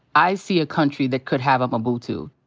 i see a country that could have a mobutu.